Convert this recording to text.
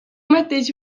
mateix